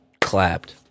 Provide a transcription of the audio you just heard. clapped